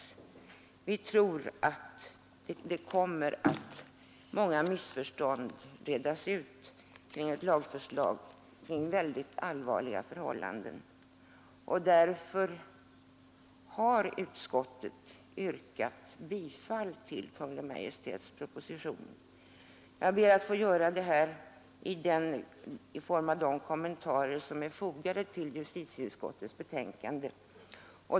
Vi tror att många missförståd kommer att redas ut i vad gäller detta lagförslag, som berör synnerligen allvarliga risker. Utskottsmajoriteten har därför yrkat bifall till Kungl. Maj:ts proposition. Jag ansluter mig till utskottets yrkande och till de kommentarer till propositionen som gjorts i utskottets betänkande.